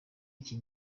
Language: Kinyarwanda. iki